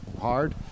hard